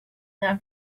than